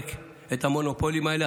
לפרק את המונופולים האלה.